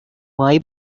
май